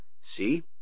See